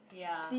ya